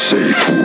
Safe